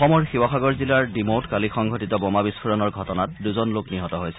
অসমৰ শিৱসাগৰ জিলাৰ ডিমৌত কালি সংঘটিত বোমা বিস্ফোৰণৰ ঘটনাত দুজন লোক নিহত হৈছে